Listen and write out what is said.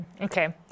Okay